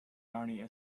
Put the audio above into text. narnia